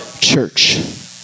church